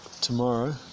tomorrow